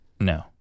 No